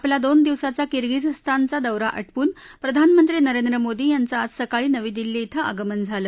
आपला दोन दिवसांचा किर्गिझस्तानचा दौरा आटपून प्रधानमंत्री नरेंद्र मोदी यांचं आज सकाळी नवी दिल्ली धिं आगमन झालं